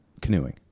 canoeing